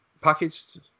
packaged